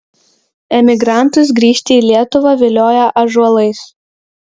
emigrantus grįžti į lietuvą vilioja ąžuolais